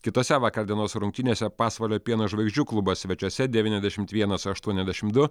kitose vakar dienos rungtynėse pasvalio pieno žvaigždžių klubas svečiuose devyniasdešimt vienas aštuoniasdešimt du